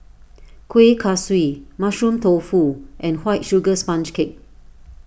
Kueh Kaswi Mushroom Tofu and White Sugar Sponge Cake